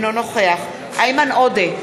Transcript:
אינו נוכח איימן עודה,